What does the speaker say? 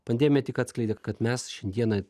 pandemija tik atskleidė kad mes šiandieną